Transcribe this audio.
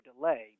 delay